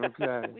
Okay